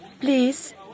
Please